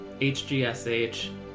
hgsh